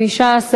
ילד) (תיקון מס'